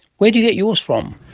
where do you get yours from?